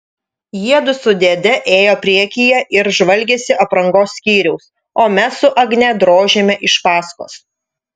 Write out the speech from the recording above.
jiedu su dėde ėjo priekyje ir žvalgėsi aprangos skyriaus o mes su agne drožėme iš paskos